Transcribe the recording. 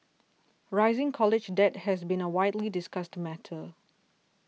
rising college debt has been a widely discussed matter